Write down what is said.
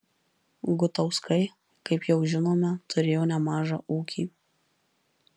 gutauskai kaip jau žinome turėjo nemažą ūkį